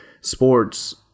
sports